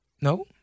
no